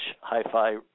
hi-fi